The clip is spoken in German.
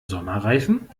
sommerreifen